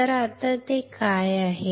तर आता ते काय आहे